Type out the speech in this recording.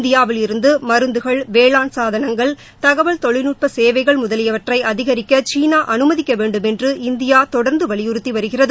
இந்தியாவில் இருந்து மருந்துகள் வேளாண் சாதணங்கள் தகவல் தொழில்நுட்ப சேவைகள் முதலியவற்றை அதிகரிக்க சீனா அனுமதிக்க வேண்டும் என்று இந்தியா தொடர்ந்து வலியுறுத்தி வருகிறது